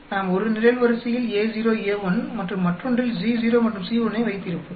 நாம் ஒரு நிரல்வரிசையில் Ao A1 மற்றும் மற்றொன்றில் Co மற்றும் C1 ஐ வைத்திருப்போம்